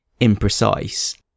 imprecise